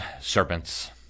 serpents